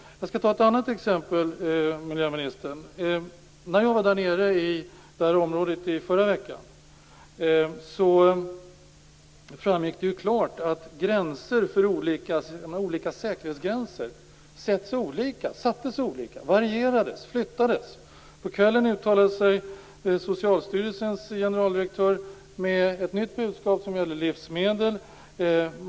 Jag skall ta ett annat exempel, miljöministern. När jag var nere i det här området i förra veckan framgick det klart att säkerhetsgränser sattes olika, varierades och flyttades. På kvällen uttalade sig Socialstyrelsens generaldirektör och hade ett nytt budskap som gällde livsmedel.